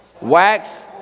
wax